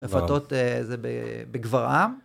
הרפתות זה בגברעם.